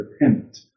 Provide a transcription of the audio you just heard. repent